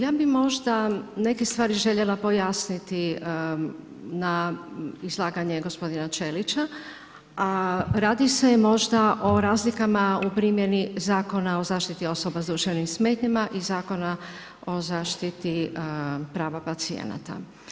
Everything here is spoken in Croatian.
Ja bi možda neke stvari željela pojasniti na izlaganje gospodina Ćelića, a radi se možda o razlikama u primjeni Zakona o zaštiti osoba s duševnim smetnjama i Zakona o zaštiti prava pacijenata.